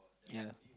ya lah